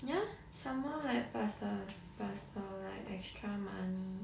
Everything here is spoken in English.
ya some more like plus the plus the like extra money